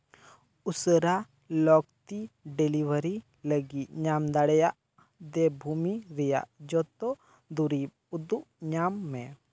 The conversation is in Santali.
ᱩᱥᱟᱹᱨᱟ ᱞᱟᱹᱠᱛᱤ ᱰᱮᱞᱤᱵᱷᱟᱹᱨᱤ ᱞᱟᱹᱜᱤᱫ ᱧᱟᱢ ᱫᱟᱲᱮᱭᱟᱜ ᱫᱮᱵᱽ ᱵᱷᱩᱢᱤ ᱨᱮᱭᱟᱜ ᱡᱚᱛᱚ ᱫᱩᱨᱤᱵᱽ ᱩᱫᱩᱜ ᱧᱟᱢ ᱢᱮ